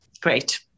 great